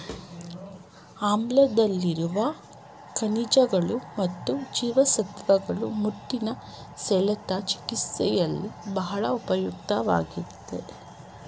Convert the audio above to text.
ಆಮ್ಲಾದಲ್ಲಿರುವ ಖನಿಜಗಳು ಮತ್ತು ಜೀವಸತ್ವಗಳು ಮುಟ್ಟಿನ ಸೆಳೆತ ಚಿಕಿತ್ಸೆಯಲ್ಲಿ ಬಹಳ ಉಪಯುಕ್ತವಾಗಯ್ತೆ